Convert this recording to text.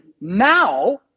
now